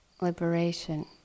liberation